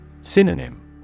Synonym